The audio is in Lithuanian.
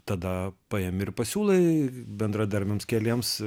tada paimi ir pasiūlai bendradarbiams keliems